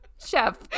chef